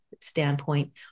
standpoint